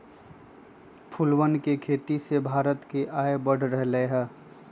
फूलवन के खेती से भारत के आय बढ़ रहले है